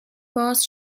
باز